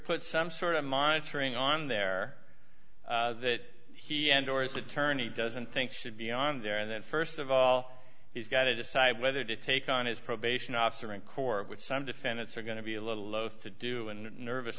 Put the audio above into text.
put some sort of monitoring on there that he endorsed attorney doesn't think should be on there and that st of all he's got to decide whether to take on his probation officer in court with some defendants are going to be a little loath to do and nervous